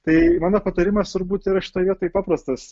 tai mano patarimas turbūt yra šitoj vietoj paprastas